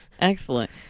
excellent